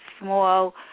small